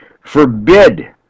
forbid